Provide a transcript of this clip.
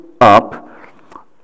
up